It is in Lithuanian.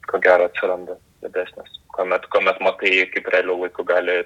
ko gero atsiranda didesnis kuomet kuomet matai kaip realiu laiku gali